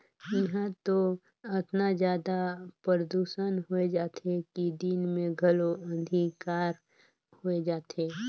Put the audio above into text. इहां तो अतना जादा परदूसन होए जाथे कि दिन मे घलो अंधिकार होए जाथे